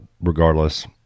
Regardless